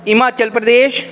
Himachal Pradesh